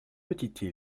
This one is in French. petites